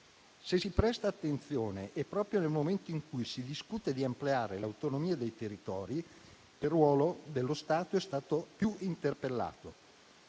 Se si presta attenzione, è proprio nel momento in cui si discute di ampliare l'autonomia dei territori che il ruolo dello Stato è stato maggiormente interpellato.